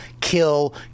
kill